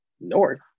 north